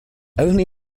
only